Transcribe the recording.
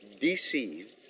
deceived